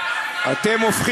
את ההסתה שלך.